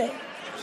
זה היה הרעיון.